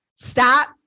stop